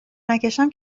نکشم